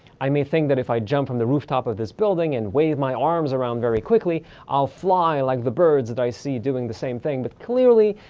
i may think that if i jump from the rooftop of this building and wave my arms around very quickly i'll fly like the birds that i see doing the same thing, but clearly,